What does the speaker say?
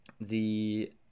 the-